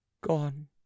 Gone